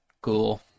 cool